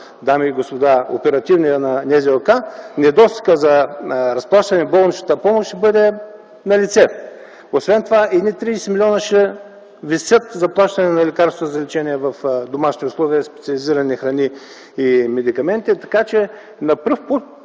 дами и господа, оперативният на НЗОК, недостигът за разплащане на болничната помощ ще бъде налице. Освен това едни 30 милиона ще висят за плащане на лекарства за лечение в домашни условия, специализирани храни и медикаменти. Така че на пръв прочит